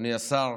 אדוני השר,